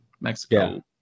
mexico